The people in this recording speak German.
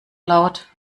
laut